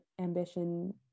ambition